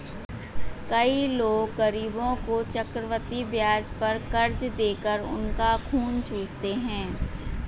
कई लोग गरीबों को चक्रवृद्धि ब्याज पर कर्ज देकर उनका खून चूसते हैं